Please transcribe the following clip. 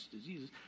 diseases